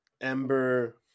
Ember